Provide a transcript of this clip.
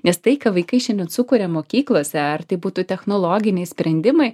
nes tai ką vaikai šiandien sukuria mokyklose ar tai būtų technologiniai sprendimai